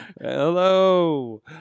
hello